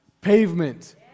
pavement